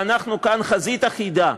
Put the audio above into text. ואנחנו כאן חזית אחידה,